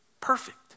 perfect